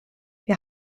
wir